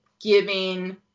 giving